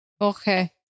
Okay